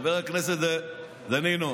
חבר הכנסת דנינו.